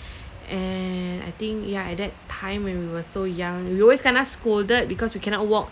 and I think ya at that time when we were so young we always kena scolded because we cannot walk